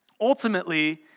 ultimately